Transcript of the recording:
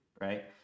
right